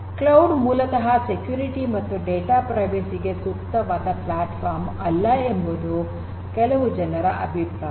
cloud ಮೂಲತಃ ಭದ್ರತೆ ಮತ್ತು ಡೇಟಾ ಗೌಪ್ಯತೆಗೆ ಸೂಕ್ತವಾದ ಪ್ಲಾಟ್ಫಾರ್ಮ್ ಅಲ್ಲ ಎಂಬುದು ಕೆಲವು ಜನರ ಅಭಿಪ್ರಾಯ